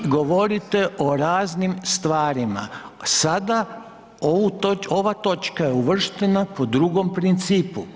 Vi govorite o raznim stvarima, sada ova točka je uvrštena po drugom principu.